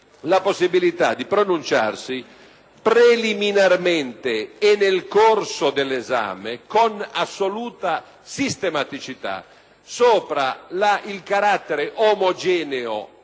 la possibilità di pronunciarsi, preliminarmente e nel corso dell'esame, con assoluta sistematicità, sul carattere omogeneo